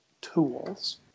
tools